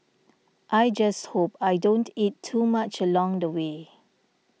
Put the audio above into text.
I just hope I don't eat too much along the way